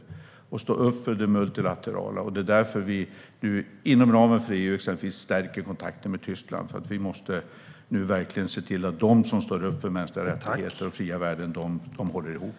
Vi ska stå upp för det multilaterala. Det är därför vi inom ramen för EU stärker kontakten med exempelvis Tyskland. Vi måste se till att de som står upp för mänskliga rättigheter och fria värden håller ihop.